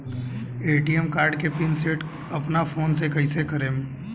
ATM card के pin set अपना phone से कइसे करेम?